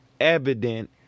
evident